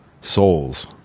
souls